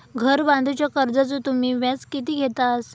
घर बांधूच्या कर्जाचो तुम्ही व्याज किती घेतास?